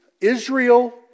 Israel